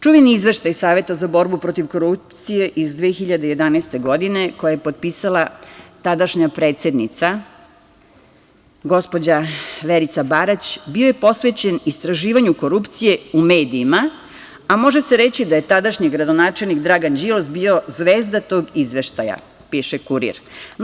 Čuveni Izveštaj Saveta za borbu protiv korupcije iz 2011. godine, kojeg je potpisala tadašnja predsednica gospođa Verica Barać bio je posvećen istraživanju korupcije u medijima, a može se reći da je tadašnji gradonačelnik Dragan Đilas bio zvezda tog Izveštaja, piše Kurir.